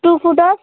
two photos